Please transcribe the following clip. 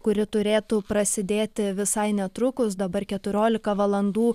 kuri turėtų prasidėti visai netrukus dabar keturiolika valandų